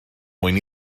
mwyn